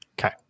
Okay